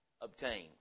obtain